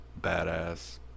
badass